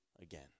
again